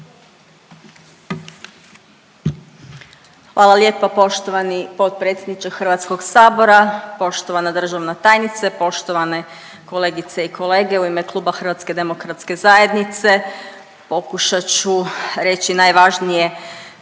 Hvala lijepo poštovani potpredsjedniče HS. Poštovana državna tajnice, poštovane kolegice i kolege, u ime Kluba HDZ-a pokušat ću reći najvažnije